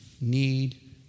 need